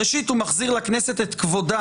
ראשית, הוא מחזיר לכנסת את כבודה,